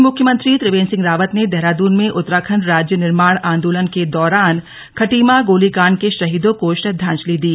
वहीं मुख्यमंत्री त्रिवेंद्र सिंह रावत ने देहरादून भें उत्तराखंड राज्य निर्माण आंदोलन के दौरान खटीमा गोलीकांड के शहीदों को श्रद्दांजलि दी